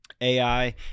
AI